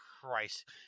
Christ